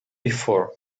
before